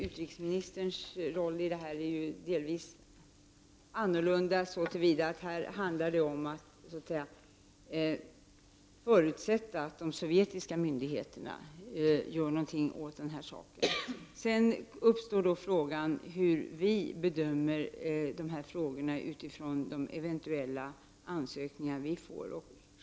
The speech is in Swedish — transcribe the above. Utrikesministerns roll i det hela är dock delvis annorlunda, så till vida att det för hans del handlar om att förutsätta att de sovjetiska myndigheterna gör något åt saken. Sedan uppstår frågan hur vi skall bedöma dessa frågor utifrån de ansökningar vi får.